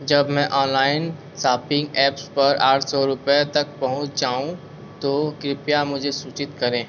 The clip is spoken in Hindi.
जब मैं ऑनलाइन शॉपिंग ऐप्स पर आठ सौ रुपये तक पहुँच जाऊँ तो कृपया मुझे सूचित करें